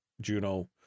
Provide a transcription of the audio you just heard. Juno